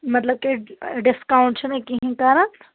مطلب کہِ ڈِسکاوُنٛٹ چھِنہٕ کِہیٖنۍ کران